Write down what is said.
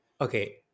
okay